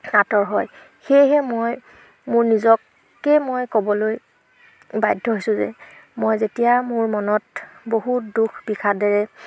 আঁতৰ হয় সেয়েহে মই মোৰ নিজকে মই ক'বলৈ বাধ্য হৈছোঁ যে মই যেতিয়া মোৰ মনত বহুত দুখ বিষাদেৰে